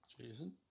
Jason